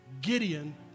Gideon